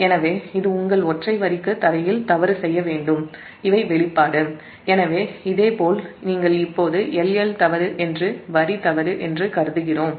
எனவே இது உங்கள் ஒற்றை வரிக்கு தரையில் தவறு செய்ய வேண்டும் இவை வெளிப்பாடு எனவே இதேபோல் L L தவறு மற்றும் வரி தவறு என்று கருதுகிறோம்